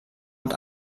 und